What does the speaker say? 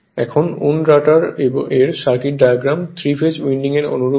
এখন wound rotor এর circuit diagram 3 phase winding এর অনুরূপ হয়